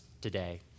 today